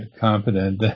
competent